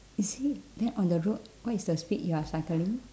you see that on the road what is the speed you are cycling